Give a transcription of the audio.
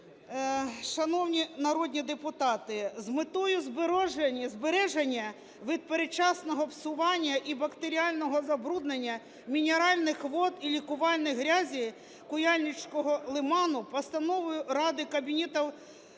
Шановні народні депутати, з метою збереження від передчасного псування і бактеріального забруднення мінеральних вод і лікувальних грязей Куяльницького лиману Постановою Ради Кабінету